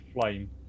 Flame